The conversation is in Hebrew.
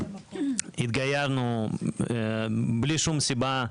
התגיירנו בלי שום סיבה,